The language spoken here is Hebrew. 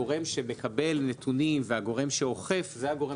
הגורם שמקבל נתונים והגורם שאוכף זה הגורם